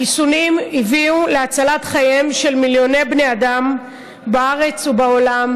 החיסונים הביאו להצלת חיים של מיליוני בני אדם בארץ ובעולם,